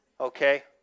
okay